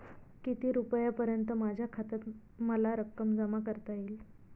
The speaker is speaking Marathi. किती रुपयांपर्यंत माझ्या खात्यात मला रक्कम जमा करता येईल?